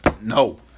no